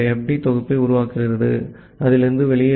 D தொகுப்பை உருவாக்கி அதிலிருந்து வெளியேறும்